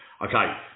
Okay